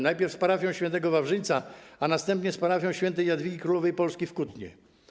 Najpierw z parafią św. Wawrzyńca, a następnie z parafią św. Jadwigi Królowej Polski w Kutnie.